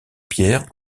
pierre